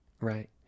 right